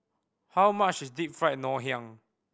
how much is Deep Fried Ngoh Hiang